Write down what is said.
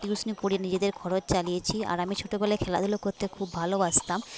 টিউশনি পড়িয়ে নিজেদের খরচ চালিয়েছি আর আমি ছোটবেলায় খেলাধুলো করতে খুব ভালোবাসতাম